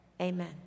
Amen